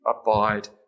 abide